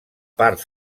part